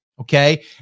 Okay